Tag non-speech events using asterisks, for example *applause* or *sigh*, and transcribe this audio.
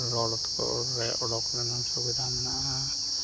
*unintelligible* ᱨᱮ ᱚᱰᱚᱠ ᱨᱮᱱᱟᱝ ᱥᱩᱵᱤᱫᱷᱟ ᱢᱮᱱᱟᱜᱼᱟ